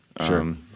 Sure